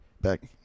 back